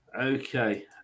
Okay